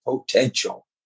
potential